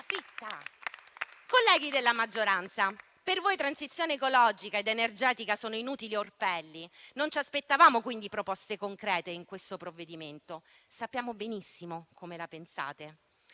fritta. Colleghi della maggioranza, per voi transizione ecologica ed energetica sono inutili orpelli. Non ci aspettavamo proposte concrete in questo provvedimento. Sappiamo benissimo come la pensate